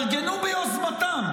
ביוזמתם,